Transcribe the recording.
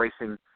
racing